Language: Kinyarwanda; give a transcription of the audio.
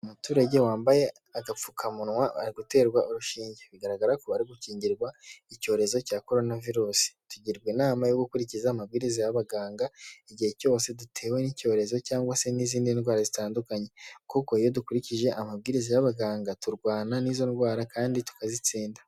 Umuturage wambaye agapfukamunwa ari guterwa urushinge bigaragara ko bari gukingirwa icyorezo cya korona virusi, tugirwa inama yo gukurikiza amabwiriza y'abaganga igihe cyose dutewe n'icyorezo cyangwa se n'izindi ndwara zitandukanye, kuko iyo dukurikije amabwiriza y'abaganga turwana n'izo ndwara kandi turakazitsinda.